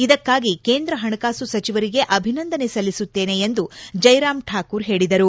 ಇದಕ್ಕಾಗಿ ಕೇಂದ್ರ ಪಣಕಾಸು ಸಚಿವರಿಗೆ ಅಭಿನಂದನೆ ಸಲ್ಲಿಸುತ್ತೇನೆ ಎಂದು ಜೈರಾಮ್ ಠಾಕೂರ್ ಹೇಳಿದರು